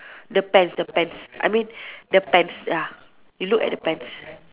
the pants the pants I mean the Benz ya you look at pants